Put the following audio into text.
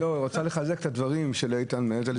מנהלת הלשכה רוצה לחזק את הדברים של איתן.